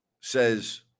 says